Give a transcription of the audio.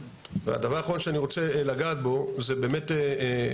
והדבר האחרון שאני רוצה לגעת בו זה כל מה